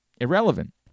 irrelevant